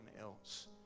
else